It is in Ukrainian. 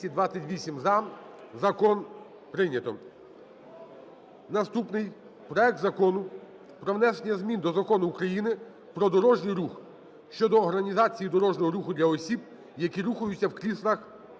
Наступний. Проект Закону про внесення змін до Закону України "Про дорожній рух" щодо організації дорожнього руху для осіб, які рухаються в кріслах